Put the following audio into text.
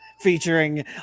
featuring